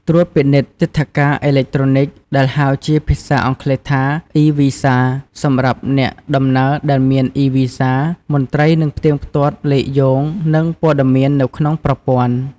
ត្រួតពិនិត្យទិដ្ឋាការអេឡិចត្រូនិក ដែលហៅជាភាសាអង់គ្លេសថា e-Visa សម្រាប់អ្នកដំណើរដែលមាន e-Visa មន្ត្រីនឹងផ្ទៀងផ្ទាត់លេខយោង និងព័ត៌មាននៅក្នុងប្រព័ន្ធ។